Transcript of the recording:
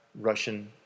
Russian